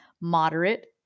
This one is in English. Moderate